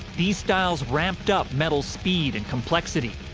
these styles ramped up metal's speed and complexity.